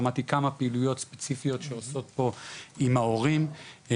שמעתי כמה פעילויות ספציפיות שעושים פה עם הורים,